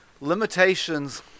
Limitations